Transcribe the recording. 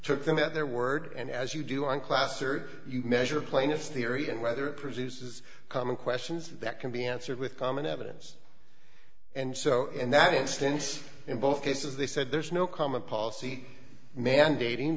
took them at their word and as you do on class are you measure plaintiff's theory and whether produces common questions that can be answered with common evidence and so in that instance in both cases they said there is no common policy mandating